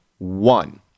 one